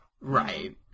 right